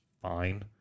fine